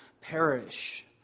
perish